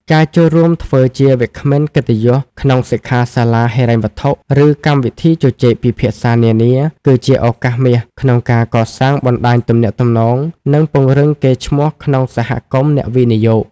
ការចូលរួមធ្វើជាវាគ្មិនកិត្តិយសក្នុងសិក្ខាសាលាហិរញ្ញវត្ថុ ឬកម្មវិធីជជែកពិភាក្សានានា គឺជាឱកាសមាសក្នុងការកសាងបណ្ដាញទំនាក់ទំនង និងពង្រឹងកេរ្តិ៍ឈ្មោះក្នុងសហគមន៍អ្នកវិនិយោគ។